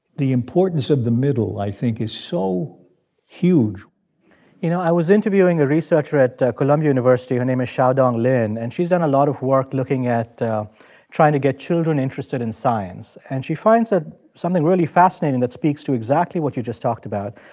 the importance of the middle, i think, is so huge you know, i was interviewing a researcher at columbia university. her name is xiaodong lin, and she's done a lot of work looking at trying to get children interested in science. and she finds ah something really fascinating that speaks to exactly what you just talked about,